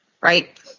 right